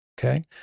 okay